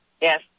Yes